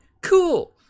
cool